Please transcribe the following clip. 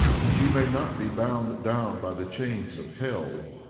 that ye may not be bound down by the chains of hell,